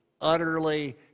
utterly